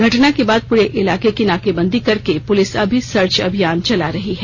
घटना के बाद पूरे इलाके की नाकेबंदी करके पुलिस अब भी सर्च अभियान चला रही है